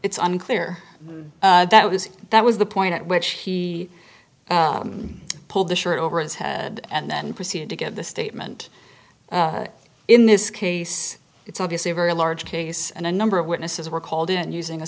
it's unclear that was that was the point at which he pulled the shirt over his head and then proceeded to give the statement in this case it's obviously a very large case and a number of witnesses were called in using a